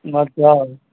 बच्चा है